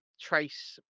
trace